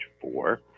four